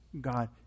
God